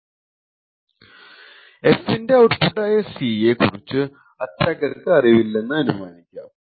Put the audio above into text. F ന്റെ output ആയ C യെ കുറിച്ചു അറ്റാക്കർക്കു അറിവില്ലെന്ന് അനുമാനിക്കാം